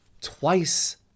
twice